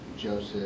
Joseph